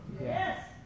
Yes